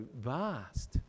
vast